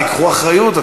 תיקחו אחריות,